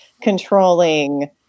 controlling